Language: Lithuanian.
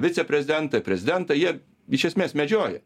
viceprezidentai prezidentai jie iš esmės medžioja